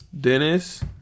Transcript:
Dennis